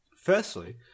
firstly